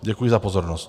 Děkuji za pozornost.